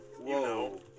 Whoa